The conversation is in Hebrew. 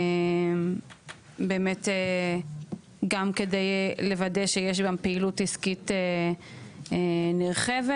גם כדי לוודא שיש בהם פעילות עסקית נרחבת